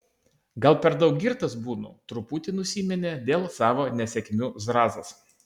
gal per daug girtas būnu truputi nusiminė dėl savo nesėkmių zrazas